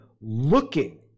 looking